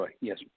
Yes